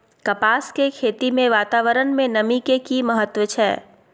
कपास के खेती मे वातावरण में नमी के की महत्व छै?